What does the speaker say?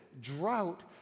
drought